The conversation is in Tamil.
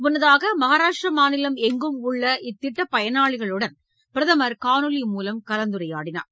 முன்னதாக மகாராஷ்டிரா மாநிலம் எங்கும் உள்ள இத்திட்டப் பயனாளிகளுடன் பிரதமர் காணொலி மூலம் கலந்துரையாடினார்